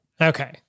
Okay